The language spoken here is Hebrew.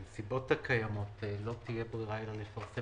בנסיבות הקיימות לא תהיה ברירה אלא לפרסם.